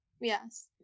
Yes